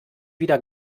wieder